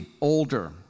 older